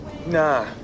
nah